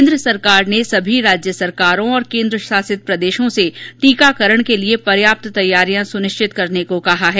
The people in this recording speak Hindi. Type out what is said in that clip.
केंद्र सरकार ने सभी राज्य सरकारों और केंद्र शासित प्रदेशों से टीकाकरण के लिए पर्याप्त तैयारियां सुनिश्चित करने को कहा है